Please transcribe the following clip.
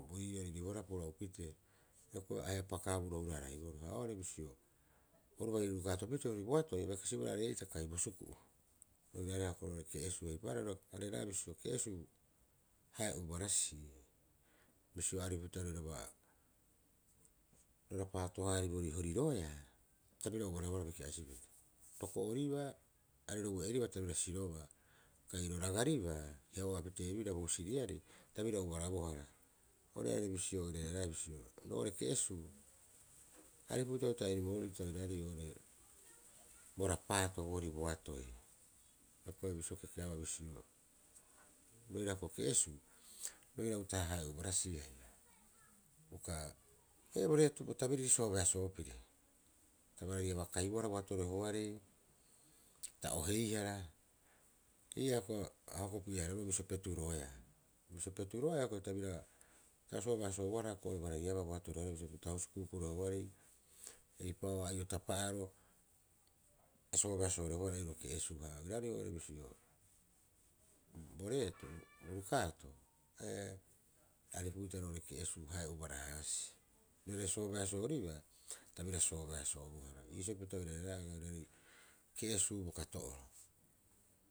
Hioko'i ahe'a pakaburo hura- haraiboroo, ha oo'ore bisio, oru bai ro rukaatopitee bii boatoi a bai kasibaa aree'ita kai bosuku'u roirareha ko'i roo'ore ke'esuu eipaareha ro areraea bisio ke'esuu hae ubarasii. Bisio aripupita roiraba ro raapato- haariborii horiroea, ta bira ubarabohara biki'asipita. Roko'oribaa are ro ue'eriba ta bira sirobaa, kai ro ragariba heua abapitee bira bo husiriarei ta bira ubara- bohara. Oru oira are bisio roirarea bisio roo'ore ke'esu aripupita uta'aha eriboro'ita oiraarei oo'ore bo rapaato boori boatoi. Hioko'i bisio kekeaba bisio roira hioko'i ke'esuu roira uta'aha hae ubarasii. Uka bo tabiriri soobeasoopiri a barariabaa kaibohara boato rohearei, ta o heihara, ii'aa hioko'i a hokopi'e- haareboroo bisio peturoea. Bisio peturoea, ko'i ta bira ta soobeasoo- bohara hioko'i bararibaa boato roheo bisio pita haus kuk roheoarei eipaabaa ai'otapa'aro a soobeasoo- rebohara iiroo ke'esuu haia oiraarei oo'ore bisio boreeto bo rukaato haia aripu'ita roo'ore ke'esuu hae ubara- harasii roira soobeasooribaa ta bira soobeass- bohara. Iis pita roirare raea iiroo ke'esuu bo kato'oro.